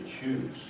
choose